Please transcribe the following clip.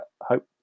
hope